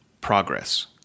progress